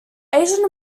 asian